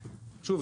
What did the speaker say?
שוב,